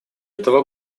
этого